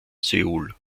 seoul